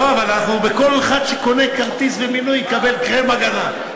לא, אבל כל אחד שקונה כרטיס ומינוי יקבל קרם הגנה.